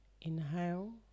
Inhale